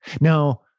Now